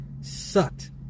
sucked